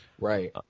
Right